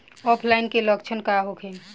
ऑफलाइनके लक्षण का होखे?